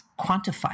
quantify